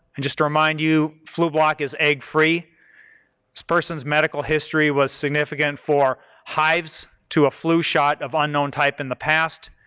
and just to remind you flublok is egg-free. this person's medical history was significant for hives to a flu shot of unknown type in the past,